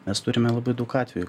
mes turime labai daug atvejų